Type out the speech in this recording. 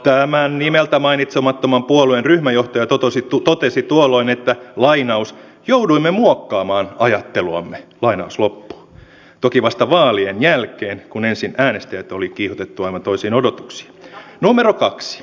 tämän nimeltä mainitsemattoman puolueen ryhmänjohtaja totesi tuolloin että jouduimme muokkaamaan ajatteluamme toki vasta vaalien jälkeen kun ensin äänestäjät oli kiihotettu aivan toisiin odotuksiin